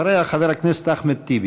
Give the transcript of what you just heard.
אחריה, חבר הכנסת אחמד טיבי.